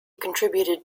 contributed